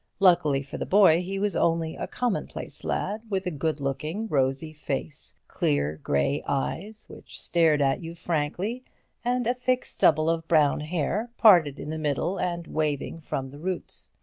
luckily for the boy, he was only a common-place lad, with a good-looking, rosy face clear grey eyes, which stared at you frankly and a thick stubble of brown hair, parted in the middle and waving from the roots.